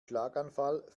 schlaganfall